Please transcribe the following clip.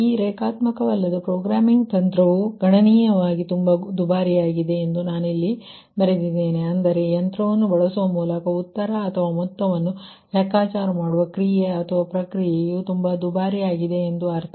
ಈ ರೇಖಾತ್ಮಕವಲ್ಲದ ಪ್ರೋಗ್ರಾಮಿಂಗ್ ತಂತ್ರವು ಗಣನೀಯವಾಗಿ ತುಂಬಾ ದುಬಾರಿಯಾಗಿದೆ ಎಂದು ಇಲ್ಲಿ ನಾನು ಬರೆದಿದ್ದೇನೆ ಅಂದರೆ ಯಂತ್ರವನ್ನು ಬಳಸುವ ಮೂಲಕ ಉತ್ತರ ಅಥವಾ ಮೊತ್ತವನ್ನು ಲೆಕ್ಕಾಚಾರ ಮಾಡುವ ಕ್ರಿಯೆ ಅಥವಾ ಪ್ರಕ್ರಿಯೆ ತುಂಬಾ ದುಬಾರಿಯಾಗಿದೆ ಎಂದರ್ಥ